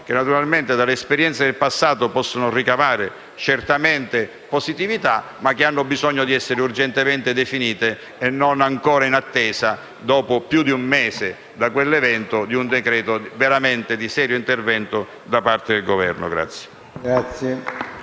questioni che dalle esperienze del passato possono ricavare certamente elementi positivi, ma che hanno bisogno di essere urgentemente definite, e non messe ancora in attesa dopo più di un mese da quell'evento, con un decreto di serio intervento da parte del Governo.